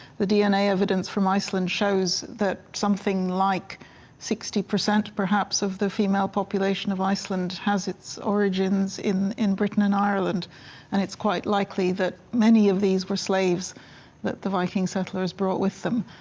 the dna evidence from iceland shows that something like sixty percent perhaps of the female population of iceland has its origins in in britain and ireland and it's quite likely that many of these were slaves that the viking settlers brought with them.